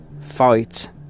fight